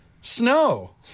Snow